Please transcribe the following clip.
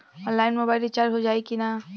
Online mobile recharge हो जाई की ना हो?